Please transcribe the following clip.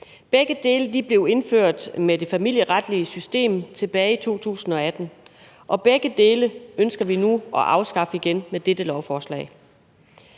Begge dele blev indført med det familieretlige system tilbage i 2018, og begge dele ønsker vi nu at afskaffe igen med dette lovforslag.